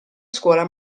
scuola